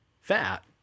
fat